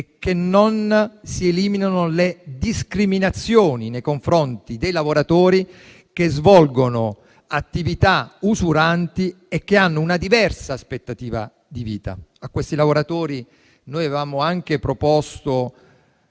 che non si eliminano le discriminazioni nei confronti dei lavoratori che svolgono attività usuranti e che hanno una diversa aspettativa di vita. A questi lavoratori noi avevamo anche proposto